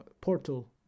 portal